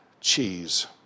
cheese